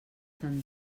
tan